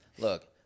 Look